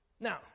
Now